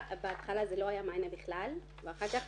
בהתחלה לא היה מענה בכלל ואחר כך